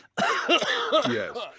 Yes